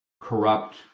corrupt